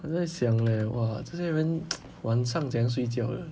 在想叻哇这些人 晚上怎样睡觉的